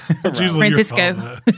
Francisco